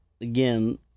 again